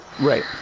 Right